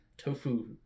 tofu